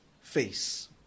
face